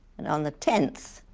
and, on the tenth,